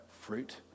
fruit